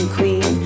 Queen